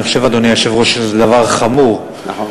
אני חושב, אדוני היושב-ראש, שזה דבר חמור, נכון.